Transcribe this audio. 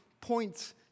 points